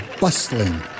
bustling